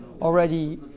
already